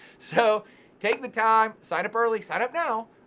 so take the time, sign up early, sign up now,